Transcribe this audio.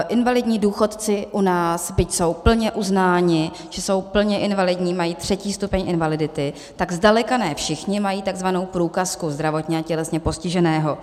Invalidní důchodci u nás, byť jsou plně uznáni, že jsou plně invalidní, mají třetí stupeň invalidity, tak zdaleka ne všichni mají takzvanou průkazku zdravotně a tělesně postiženého.